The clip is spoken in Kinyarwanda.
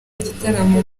igitaramo